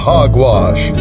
Hogwash